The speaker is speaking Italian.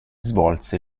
svolse